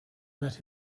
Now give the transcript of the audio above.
met